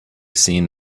seen